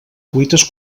cuites